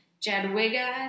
Jadwiga